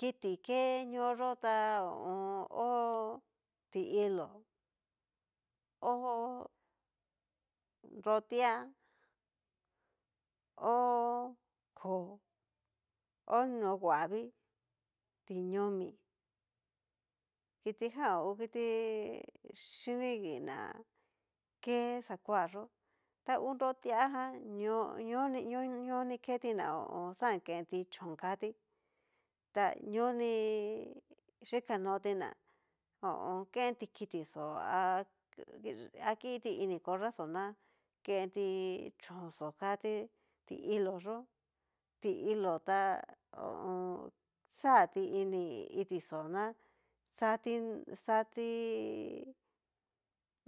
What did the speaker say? Kiti ke ñóo yó ta ho o on. ho ti'ilo, ho nrotia, hó koo, ho nohuavii, tiñomi kitijan ngu kiti, xhiningi ná ke xakuayó, ta ngu rotia jan ñoo ni ñoo ni keti na ho o on. xan kenti chón katí ta ñoni xhikanoti ná ho o on. kenti kitixó a kiti ini corraxó na kenti chón xó kati, ti' ilo yó ti'ilo tá, ho o on. xati ini itixó ná xarti xatí